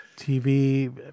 TV